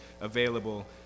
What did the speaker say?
available